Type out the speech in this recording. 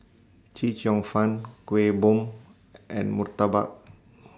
Chee Cheong Fun Kuih Bom and Murtabak